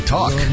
Talk